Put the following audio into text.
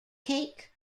cake